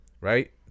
right